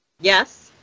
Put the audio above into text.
Yes